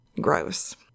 gross